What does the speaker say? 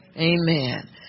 Amen